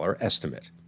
estimate